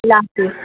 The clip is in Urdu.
اللہ حافظ